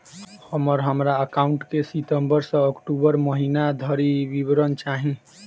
हमरा हम्मर एकाउंट केँ सितम्बर सँ अक्टूबर महीना धरि विवरण चाहि?